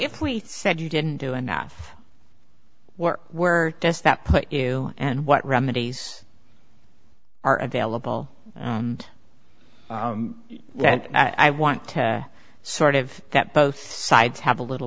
if we said you didn't do enough work were does that put you and what remedies are available and then i want to sort of that both sides have a little